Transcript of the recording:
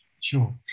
Sure